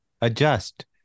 Adjust